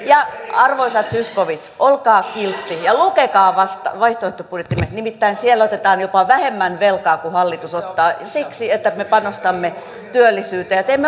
ja arvoisa edustaja zyskowicz olkaa kiltti ja lukekaa vaihtoehtobudjettimme nimittäin siellä otetaan jopa vähemmän velkaa kuin hallitus ottaa siksi että me panostamme työllisyyteen ja teemme oikeudenmukaisempia arvovalintoja